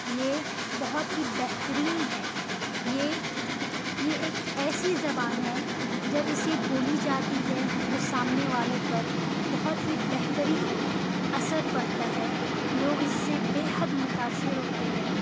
یہ بہت ہی بہترین ہے یہ یہ ایک ایسی زبان ہے جب اسے بولی جاتی ہے تو سامنے والوں پر بہت ہی بہترین اثر پڑتا ہے لوگ اس سے بےحد متاثر ہوتے ہیں